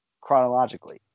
chronologically